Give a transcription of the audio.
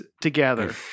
together